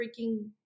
freaking